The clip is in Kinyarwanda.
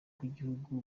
bw’igihugu